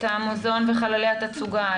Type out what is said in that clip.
את המוזיאון וחללי התצוגה,